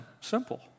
simple